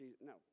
no